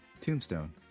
Tombstone